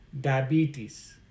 diabetes